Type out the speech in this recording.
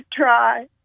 try